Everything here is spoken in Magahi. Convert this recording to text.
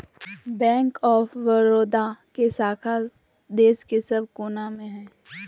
बैंक ऑफ बड़ौदा के शाखा देश के सब कोना मे हय